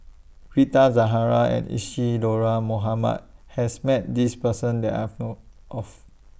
Rita Zahara and Isadhora Mohamed has Met This Person that I've know of